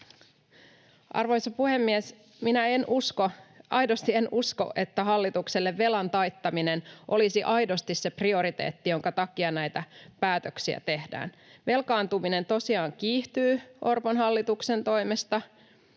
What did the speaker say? usko, aidosti en usko, että hallitukselle velan taittaminen olisi aidosti se prioriteetti, jonka takia näitä päätöksiä tehdään. Velkaantuminen ensinnäkin tosiaan kiihtyy Orpon hallituksen toimesta,